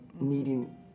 needing